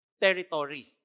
territory